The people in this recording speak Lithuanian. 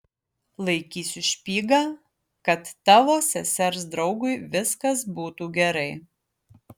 laikysiu špygą kad tavo sesers draugui viskas būtų gerai